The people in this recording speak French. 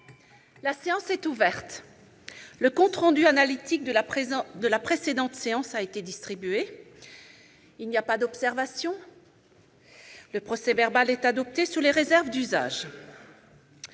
La séance est ouverte. Le compte rendu analytique de la précédente séance a été distribué. Il n'y a pas d'observation ?... Le procès-verbal est adopté sous les réserves d'usage.